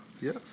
Yes